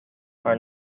are